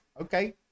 okay